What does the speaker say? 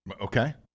Okay